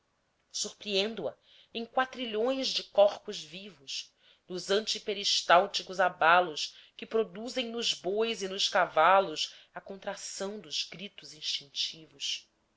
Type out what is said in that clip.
surpreendo a em quatrilhões de corpos vivos nos antiperistálticos abalos que produzem nos bois e nos cavalos a contração dos gritos instintivos